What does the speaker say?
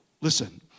Listen